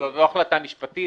זו לא החלטה משפטית,